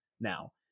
now